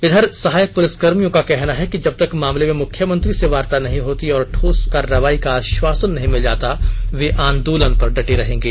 इधर सहायक पुर्लिसकर्मियों का कहना है कि ंजबतक मामले में मुख्यमंत्री से वार्ता नहीं होती और कोई ठोस कार्रवाई का आश्वासन नहीं मिल जाता वे आंदोलन पर डटे रहेंगे